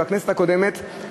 בכנסת הקודמת,